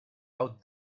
out